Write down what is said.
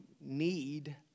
need